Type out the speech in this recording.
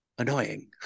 Annoying